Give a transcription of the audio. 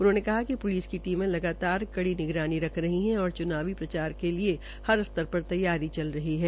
उन्होंने कहा कि एलिस की टीमें लगातार कड़ी निगरानी रख रही है तथा आगामी चुनाव के लिए हर स्तर र तैयारी चल रही है